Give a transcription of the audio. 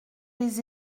les